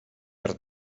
per